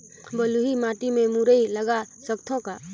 बलुही माटी मे मुरई लगा सकथव का?